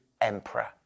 emperor